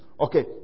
Okay